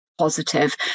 positive